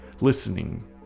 listening